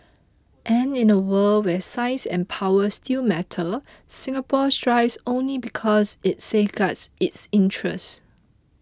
and in a world where size and power still matter Singapore thrives only because it safeguards its interests